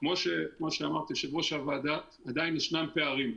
כמו שאמרתי, יושב-ראש הוועדה, עדיין ישנם פערים.